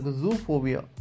zoophobia